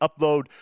upload –